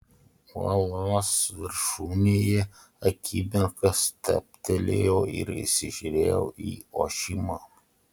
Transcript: uolos viršūnėje akimirką stabtelėjau ir įsižiūrėjau į ošimą